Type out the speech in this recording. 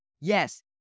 Yes